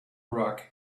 rug